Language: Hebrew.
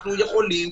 אנחנו יכולים